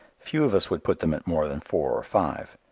few of us would put them at more than four or five.